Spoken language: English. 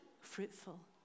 fruitful